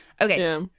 Okay